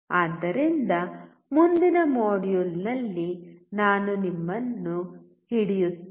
ಆದ್ದರಿಂದ ಮುಂದಿನ ಮಾಡ್ಯೂಲ್ನಲ್ಲಿ ನಾನು ನಿಮ್ಮನ್ನು ಹಿಡಿಯುತ್ತೇನೆ